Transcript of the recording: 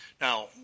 Now